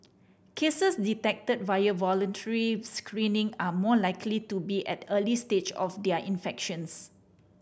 cases detected via voluntary screening are more likely to be at the early stage of their infections